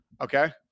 okay